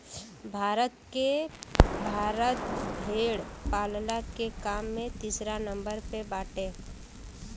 भारत भेड़ पालला के काम में तीसरा नंबर पे बाटे